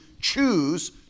choose